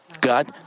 God